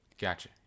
Gotcha